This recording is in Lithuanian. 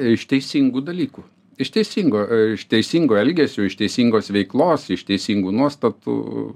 iš teisingų dalykų iš teisingo iš teisingo elgesio iš teisingos veiklos iš teisingų nuostatų